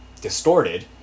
distorted